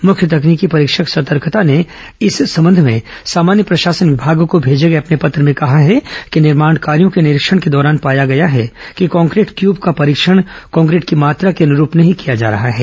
मृख्य तकनीकी परीक्षक सतर्कता ने इस संबंध में सामान्य प्रशासन विभाग को भेजे अपने पत्र में कहा है कि निर्माण कार्यों के निरीक्षण के दौरान पाया गया है कि कांक्रीट क्यूब का परीक्षण कांक्रीट की मात्रा के अनुरूप नहीं किया जा रहा है